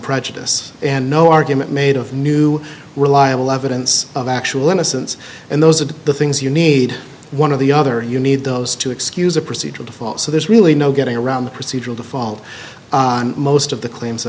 prejudice and no argument made of new reliable evidence of actual innocence and those are the things you need one of the other you need those to excuse a procedural default so there's really no getting around the procedural default on most of the claims